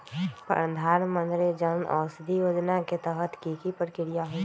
प्रधानमंत्री जन औषधि योजना के तहत की की प्रक्रिया होई?